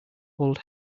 old